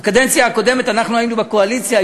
בקדנציה הקודמת אנחנו היינו בקואליציה,